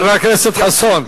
חבר הכנסת חסון,